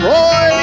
Roy